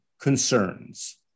concerns